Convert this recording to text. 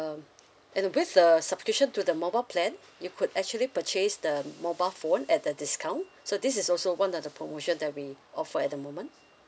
um and based the subscription to the mobile plan you could actually purchase the mobile phone at the discount so this is also one of the promotion that we offer at the moment